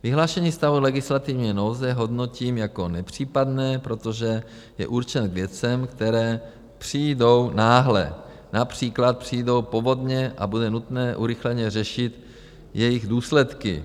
Vyhlášení stavu legislativní nouze hodnotím jako nepřípadné, protože je určen k věcem, které přijdou náhle, například přijdou povodně a bude nutné urychleně řešit jejich důsledky.